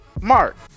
Mark